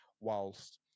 whilst